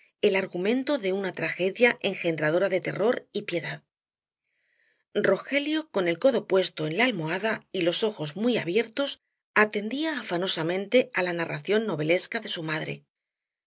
el argumento de una tragedia engendradora de terror y piedad rogelio con el codo puesto en la almohada y los ojos muy abiertos atendía afanosamente á la narración novelesca de su madre